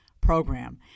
program